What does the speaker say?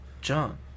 John